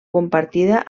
compartida